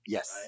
Yes